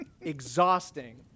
exhausting